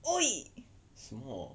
什么